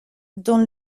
dans